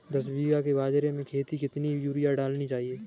दस बीघा के बाजरे के खेत में कितनी यूरिया डालनी चाहिए?